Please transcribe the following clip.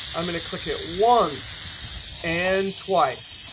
i'm going to click it once and twice.